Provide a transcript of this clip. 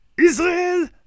Israel